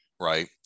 right